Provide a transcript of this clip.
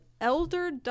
Elder